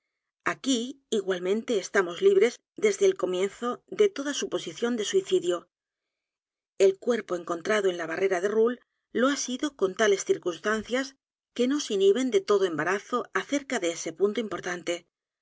aquí igualmente estamos libres desde el comienzo de toda suposición de suicidio el cuerpo encontrado en la bar r e r a de roule lo h a sido con tales circunstancias que no se sirven de todo embarazo acerca de ese punto importante